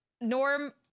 norm